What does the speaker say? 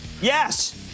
Yes